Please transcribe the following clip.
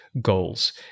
goals